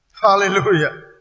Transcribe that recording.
Hallelujah